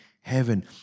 heaven